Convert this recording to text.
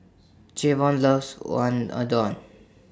Javon loves